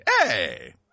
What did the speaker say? Hey